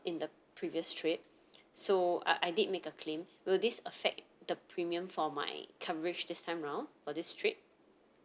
in the previous trip so I I did make a claim will this affect the premium for my coverage this time round for this trip